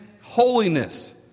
holiness